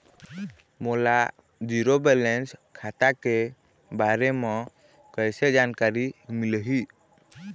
मोला zero balance खाता के बारे म कैसे जानकारी मिलही?